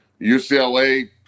UCLA